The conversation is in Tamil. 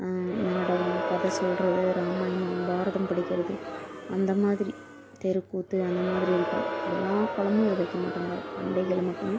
நாடகம் கதை சொல்லுறது ராமாயணம் பாரதம் படிக்கிறது அந்த மாதிரி தெருக்கூத்து அந்த மாதிரி இருக்கும் எல்லாக்காலமும் இது வைக்க மாட்டாங்க பண்டிகையில மட்டும் தான்